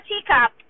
teacup